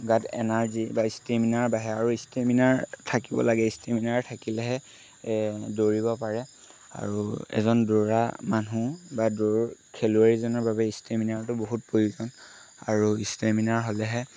গাত এনাৰ্জি বা ষ্টেমিনাৰ বাঢ়ে আৰু ষ্টেমিনাৰ থাকিব লাগে ষ্টেমিনাৰ থাকিলেহে দৌৰিব পাৰে আৰু এজন দৌৰা মানুহ বা দৌৰ খেলুৱৈ এজনৰ বাবে ষ্টেমিনাৰটো বহুত প্ৰয়োজন আৰু ষ্টেমিনাৰ হ'লেহে